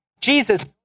Jesus